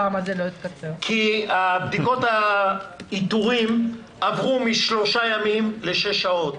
כי בדיקות האיתורים עברו משלושה ימים לשש שעות,